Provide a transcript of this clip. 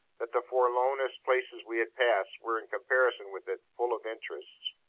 that the forlornest places we had passed, were, in comparison with it, full of interest.